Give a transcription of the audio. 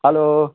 hello